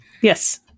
Yes